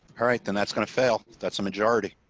all right, then that's gonna fail. that's the majority